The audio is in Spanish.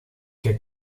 que